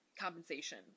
compensation